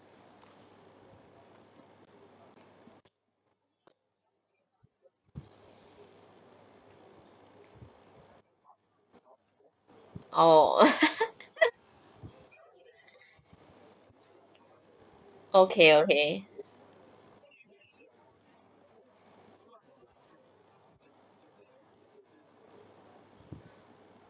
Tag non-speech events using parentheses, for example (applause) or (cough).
oh (laughs) okay okay